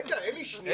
רגע, אלי, שנייה.